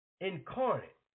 incarnate